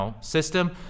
system